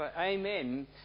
amen